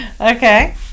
Okay